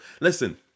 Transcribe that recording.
listen